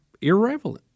irrelevant